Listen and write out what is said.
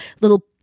little